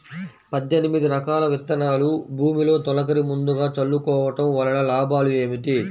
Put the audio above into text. పద్దెనిమిది రకాల విత్తనాలు భూమిలో తొలకరి ముందుగా చల్లుకోవటం వలన లాభాలు ఏమిటి?